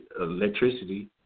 electricity